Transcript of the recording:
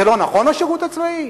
זה לא נכון, השירות הצבאי?